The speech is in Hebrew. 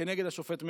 כנגד השופט מלצר.